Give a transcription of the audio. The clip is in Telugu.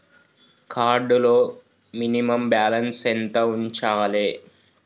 కార్డ్ లో మినిమమ్ బ్యాలెన్స్ ఎంత ఉంచాలే?